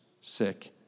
sick